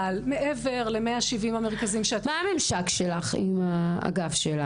אבל מעבר ל-170 המרכזים --- מה הממשק שלך עם האגף של יעל?